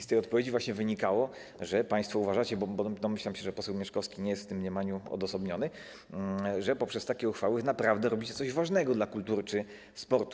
Z tej odpowiedzi właśnie wynikało, że państwo uważacie - bo domyślam się, że poseł Mieszkowski nie jest w tym mniemaniu odosobniony - że poprzez takie uchwały naprawdę robicie coś ważnego dla kultury czy sportu.